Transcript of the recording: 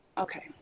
Okay